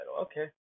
Okay